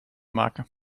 maken